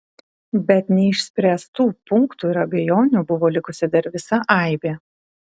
bet neišspręstų punktų ir abejonių buvo likusi dar visa aibė